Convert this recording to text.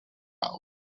house